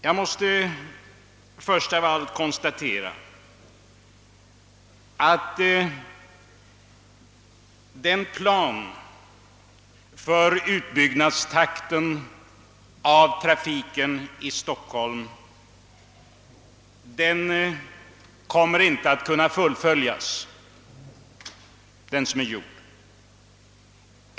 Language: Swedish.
Jag måste då först av allt konstatera att den plan för utbyggnadstakten av trafikapparaten i Stockholm som har uppgjorts inte kommer att kunna fullföljas.